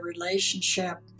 relationship